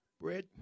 bread